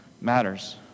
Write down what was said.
matters